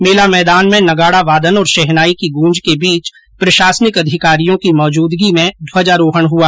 मेला मैदान में नगाडा वादन और शहनाई की गूंज के बीच ु प्रशासनिक अधिकारियों की मौजूदगी में ध्वजारोहण हुआ